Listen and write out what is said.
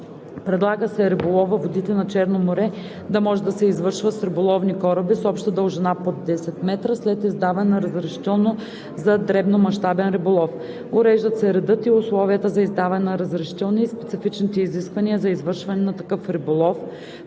Предлага се риболов във водите на Черно море да може да се извършва с риболовни кораби с обща дължина под 10 метра след издаване на разрешително за дребномащабен риболов. Уреждат се редът и условията за издаване на разрешителни и специфичните изисквания за извършване на такъв риболов.